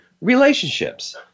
relationships